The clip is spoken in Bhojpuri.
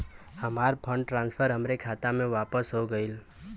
हमार फंड ट्रांसफर हमरे खाता मे वापस हो गईल